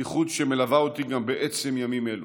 שליחות שמלווה אותי גם בעצם ימים אלו.